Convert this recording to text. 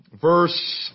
verse